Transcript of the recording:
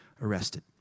arrested